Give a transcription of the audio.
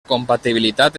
compatibilitat